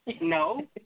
no